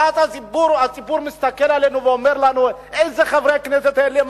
ואז הציבור מסתכל עלינו ואומר: איזה חברי כנסת אלה,